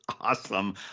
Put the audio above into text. awesome